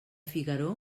figaró